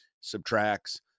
subtracts